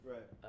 Right